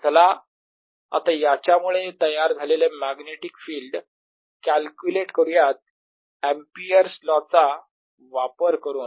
चला आता याच्यामुळे तयार झालेले मॅग्नेटिक फिल्ड कॅल्क्युलेट करूयात एम्पिअर्स लॉ Ampere's law याचा वापर करून